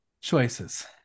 choices